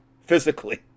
Physically